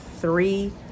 three